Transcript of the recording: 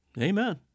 Amen